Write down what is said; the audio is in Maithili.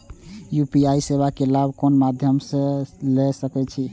यू.पी.आई सेवा के लाभ कोन मध्यम से ले सके छी?